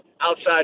outside